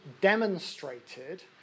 demonstrated